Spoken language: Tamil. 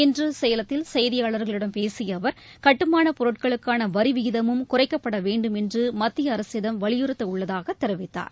இன்று சேலத்தில் செய்தியாளர்களிடம் பேசிய அவர் கட்டுமானப் பொருட்களுக்கான வரி விகிதமும் குறைக்கப்பட வேண்டும் என்று மத்திய அரசிடம் வலியுறுத்தவுள்ளதாக தெரிவித்தார்